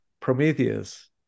Prometheus